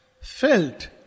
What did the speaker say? felt